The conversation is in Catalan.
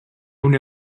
una